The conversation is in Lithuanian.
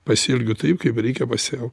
pasielgiu taip kaip reikia pasielgt